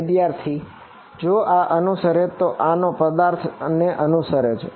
વિદ્યાર્થી જો આ અનુસરે છે તો આ પદાર્થ અનુસારે છે